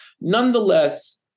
Nonetheless